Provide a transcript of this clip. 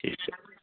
ਠੀਕ ਆ